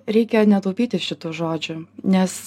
reikia netaupyti šitų žodžių nes